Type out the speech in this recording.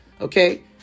Okay